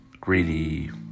greedy